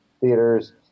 theaters